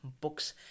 books